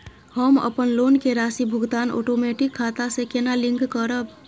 हम अपन लोन के राशि भुगतान ओटोमेटिक खाता से केना लिंक करब?